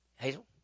Hazel